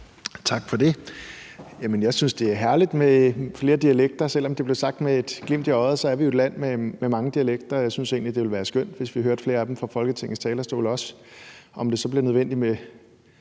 Tak for det. Jamen jeg synes, det er herligt med flere dialekter. Selv om det blev sagt med et glimt i øjet, er vi jo et land med mange dialekter, og jeg synes egentlig, at det ville være skønt, hvis vi også hørte flere af dem fra Folketingets talerstol. Om det så bliver nødvendigt med